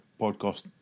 podcast